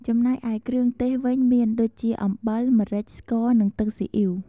ចំណែកឯគ្រឿងទេសវិញមានដូចជា អំបិល ម្រេច ស្ករ និងទឹកស៊ីអ៉ីវ។